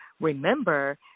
remember